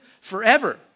forever